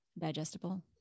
digestible